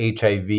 HIV